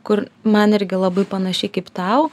kur man irgi labai panašiai kaip tau